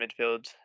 midfield